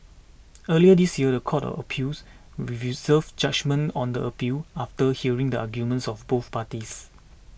earlier this year the court of appeals reserved judgement on the appeal after hearing the arguments of both parties